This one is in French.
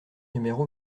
numéro